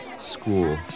school